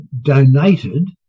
donated